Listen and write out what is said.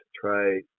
try